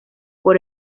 por